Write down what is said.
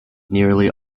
nearly